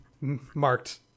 marked